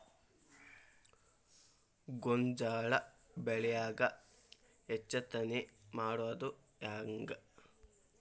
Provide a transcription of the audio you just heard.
ಗೋಂಜಾಳ ಬೆಳ್ಯಾಗ ಹೆಚ್ಚತೆನೆ ಮಾಡುದ ಹೆಂಗ್?